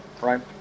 Right